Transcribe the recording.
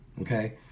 Okay